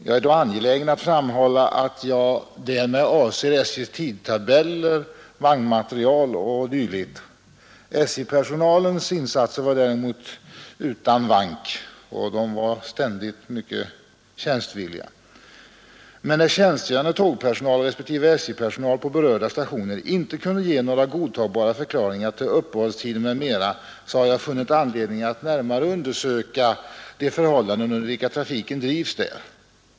Jag är angelägen att framhålla att jag därmed avser SJ:s tidtabeller, vagnmateriel o. d. SJ-personalens insatser var däremot utan vank — den var ständigt mycket tjänstvillig. Eftersom tjänstgörande tågpersonal respektive SJ-personal på berörda stationer inte kunde ge några godtagbara förklaringar till uppehållstider m.m. har jag emellertid funnit anledning att närmare undersöka de förhållanden under vilka trafiken drivs där.